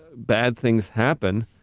bad things happen,